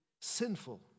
sinful